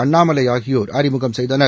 அண்ணாமலை ஆகியோர் அறிமுகம் செய்தனர்